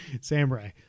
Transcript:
samurai